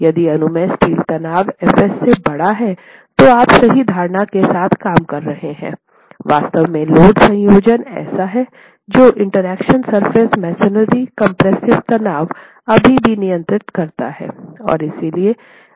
यदि अनुमेय स्टील तनाव F s से बड़ा है तो आप सही धारणा के साथ काम कर रहे हैं वास्तव में लोड संयोजन ऐसा है जो इंटरेक्शन सरफेस मसोनरी कम्प्रेस्सिव तनाव अभी भी नियंत्रित करता है